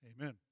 Amen